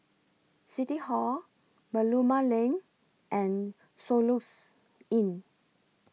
City Hall Merlimau Lane and Soluxe Inn